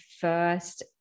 first